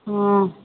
हँ